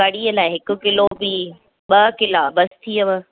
कढ़ीअ लाइ हिकु किलो बी ॿ किला बसि थी वियव